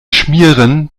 schmieren